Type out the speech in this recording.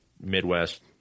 Midwest